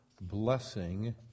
blessing